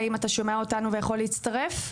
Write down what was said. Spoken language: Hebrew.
האם אתה שומע אותנו ויכול להצטרף?